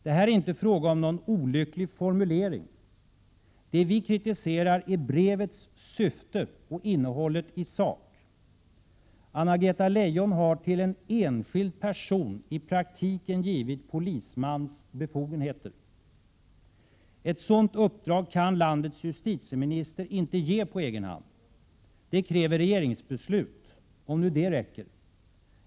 Här är det inte fråga om någon olycklig formulering. Det vi kritiserar är brevets syfte och innehållet i sak. Anna-Greta Leijon har till en enskild person i praktiken givit polismans befogenheter. Ett sådant uppdrag kan landets justitieminister inte ge på egen hand. Det kräver regeringsbeslut — om nu det räcker.